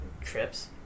Trips